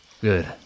Good